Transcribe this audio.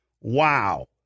Wow